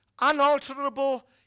unalterable